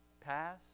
Pass